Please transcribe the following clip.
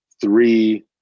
three